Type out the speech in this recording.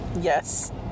yes